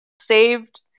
saved